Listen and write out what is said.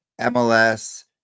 MLS